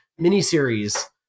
miniseries